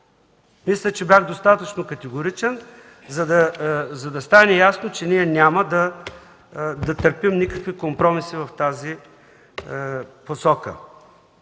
Мисля, че бях достатъчно категоричен, за да стане ясно, че няма да търпим никакви компромиси в тази посока.